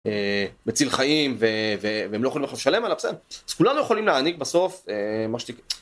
מציל חיים והם לא יכולים עכשיו לשלם עליו, אז כולנו יכולים להעניק בסוף מה שתקרא.